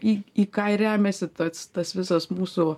į į ką remiasi tas tas visas mūsų